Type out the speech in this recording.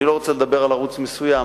אני לא רוצה לדבר על ערוץ מסוים,